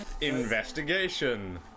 Investigation